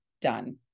done